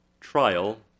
trial